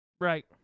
Right